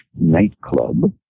nightclub